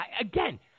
again